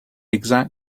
exact